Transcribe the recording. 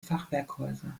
fachwerkhäuser